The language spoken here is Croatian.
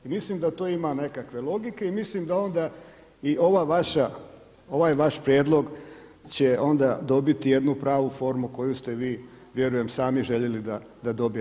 I mislim da to ima nekakve logike i mislim da onda i ova vaša, ovaj vaš prijedlog će onda dobiti jednu pravu formu koju ste vi vjerujem sami željeli da dobije.